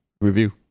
review